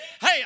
Hey